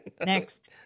next